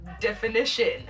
definition